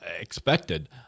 expected